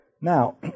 Now